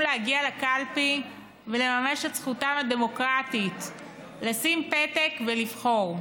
להגיע לקלפי ולממש את זכותם הדמוקרטית לשים פתק ולבחור.